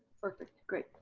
perfect, great.